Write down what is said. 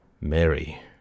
Mary